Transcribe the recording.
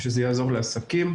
ושזה יעזור לעסקים.